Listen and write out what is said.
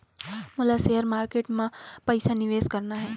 मोला share market मां पइसा निवेश करना हे?